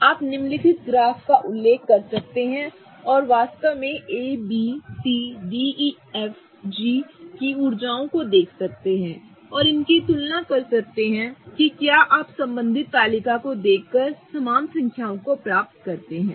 आप निम्नलिखित ग्राफ का उल्लेख कर सकते हैं और वास्तव में A B C D E F G की ऊर्जाओं को देख सकते हैं और वास्तव में इनकी तुलना कर सकते हैं कि क्या आप संबंधित तालिका को देखकर समान संख्याओं को प्राप्त करते हैं